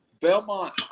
Belmont –